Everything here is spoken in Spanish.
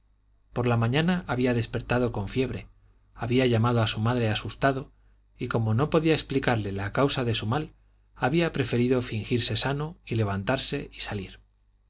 por la mañana había despertado con fiebre había llamado a su madre asustado y como no podía explicarle la causa de su mal había preferido fingirse sano y levantarse y salir